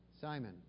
Simon